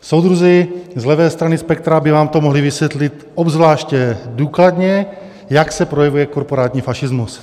Soudruzi z levé strany spektra by vám to mohli vysvětlit obzvláště důkladně, jak se projevuje korporátní fašismus.